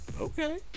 Okay